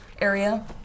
area